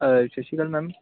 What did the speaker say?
ਸਤਿ ਸ਼੍ਰੀ ਅਕਾਲ ਮੈਮ